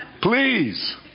Please